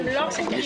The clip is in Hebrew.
הן לא חוקיות.